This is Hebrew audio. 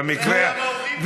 במקרה אני,